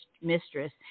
mistress